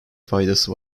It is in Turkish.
faydası